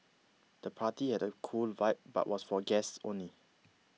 the party had a cool vibe but was for guests only